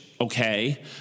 Okay